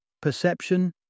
Perception